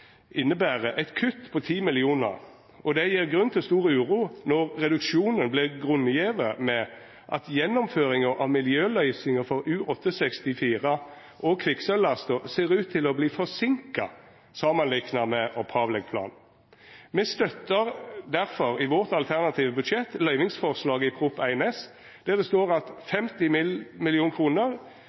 inneber eit kutt på 10 mill. kr, og det gjev grunn til stor uro når reduksjonen vert grunngjeven med at gjennomføringa av miljøløysinga for U-864 og kvikksølvlasta ser ut til å verta forseinka samanlikna med opphavleg plan. Me støttar difor i vårt alternative budsjett løyvingsforslaget i Prop. 1 S, der det står: